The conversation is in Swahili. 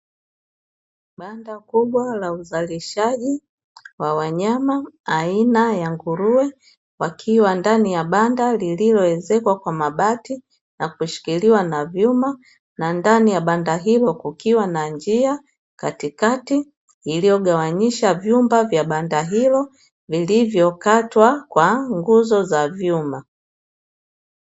Banda kubwa la uzalishaji wa wanyama aina ya nguruwe, wakiwa ndani ya banda lililoezekwa kwa mabati na kushikiliwa na vyuma, na ndani ya banda hilo, kukiwa na njia katikati iliyogawanyisha vyumba vya banda hilo vilivyokatwa kwa nguzo za vyuma.